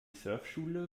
surfschule